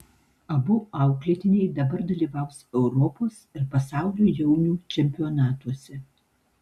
abu auklėtiniai dabar dalyvaus europos ir pasaulio jaunių čempionatuose